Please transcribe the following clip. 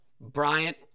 Bryant